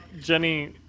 Jenny